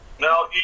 now